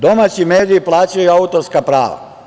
Domaći mediji plaćaju autorska prava.